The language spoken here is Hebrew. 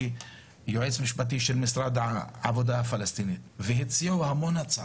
בזמנו הייתי גם יועץ משפטי של משרד העבודה הפלסטיני והציעו הרבה הצעות,